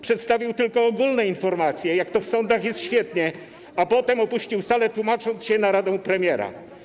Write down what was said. Przedstawił tylko ogólne informacje na temat tego, jak w sądach jest świetnie, a potem opuścił salę, tłumacząc się naradą u premiera.